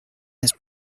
his